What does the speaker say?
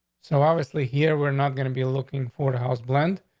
so obviously here, we're not going to be looking for the house blend.